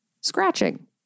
scratching